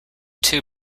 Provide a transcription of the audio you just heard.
two